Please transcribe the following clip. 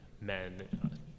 men